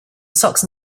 socks